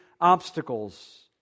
obstacles